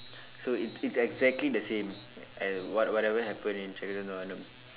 so it's it's exactly the same uh what whatever happen in Chekka Chivantha வானம்:sekkachsivandtha vaanam